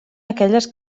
aquelles